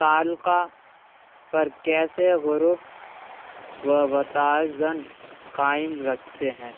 تعلقہ پر کیسے غرف ووتازن قائم رکھتے ہیں